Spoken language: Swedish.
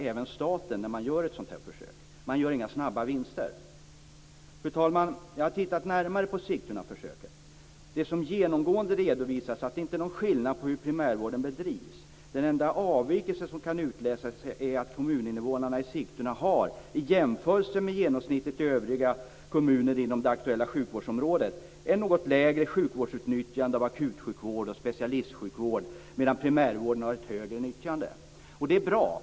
Även staten bör förstå att inga snabba vinster görs vid ett sådant försök. Fru talman! Jag har tittat närmare på Sigtunaförsöket. Det redovisas genomgående att det inte råder någon skillnad på hur primärvården bedrivs. Den enda avvikelse som kan utläsas är att kommuninvånarna i Sigtuna har, i jämförelse med genomsnittet i övriga kommuner inom det aktuella sjukvårdsområdet, ett något lägre sjukvårdsutnyttjande av akutsjukvård och specialistsjukvård, medan primärvården har ett högre nyttjande. Det är bra.